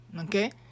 Okay